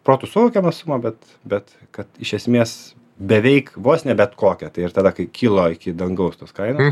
protu suvokiama suma bet bet kad iš esmės beveik vos ne bet kokią tai ir tada kai kilo iki dangaus tos kainos